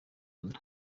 nda